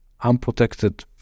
unprotected